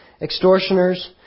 extortioners